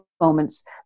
moments